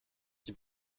qui